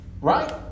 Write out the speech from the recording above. Right